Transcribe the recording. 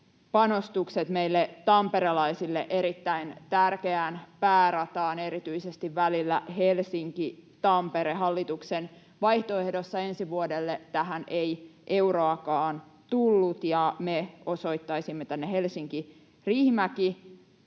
panostukset meille tamperelaisille erittäin tärkeään päärataan, erityisesti välillä Helsinki— Tampere. Hallituksen vaihtoehdossa ensi vuodelle tähän ei euroakaan tullut, ja me osoittaisimme tänne Helsinki—Riihimäki